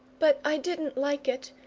but i didn't like it.